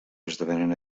esdevenen